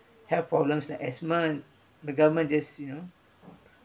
health problems like asthma the government just you know